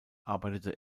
arbeitete